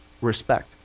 Respect